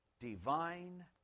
divine